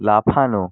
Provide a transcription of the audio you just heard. লাফানো